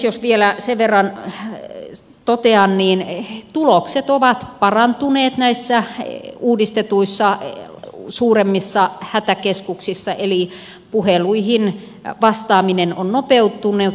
jos vielä sen verran totean että tulokset ovat parantuneet näissä uudistetuissa suuremmissa hätäkeskuksissa eli puheluihin vastaaminen on nopeutunut